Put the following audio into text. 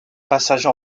passager